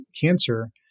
cancer